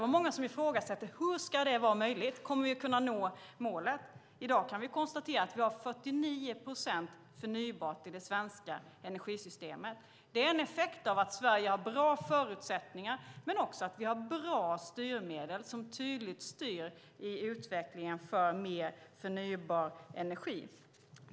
Det var många som ifrågasatte det och sade: Hur ska det vara möjligt? Kommer vi att kunna nå målet? I dag kan vi konstatera att vi har 49 procent förnybar energi i det svenska energisystemet. Det är en effekt av att Sverige har bra förutsättningar men också att vi har bra styrmedel som tydligt styr utvecklingen mot mer förnybar energi.